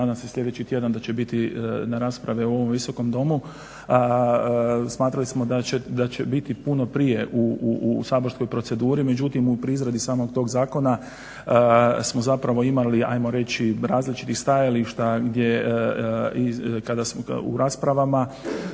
nadam se sljedeći tjedan da će biti na raspravi u ovom Visokom domu, smatrali smo da će biti puno prije u saborskoj proceduri. Međutim, pri izradi samog tog zakona smo zapravo imali, ajmo reći različitih stajališta u raspravama,